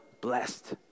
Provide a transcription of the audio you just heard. blessed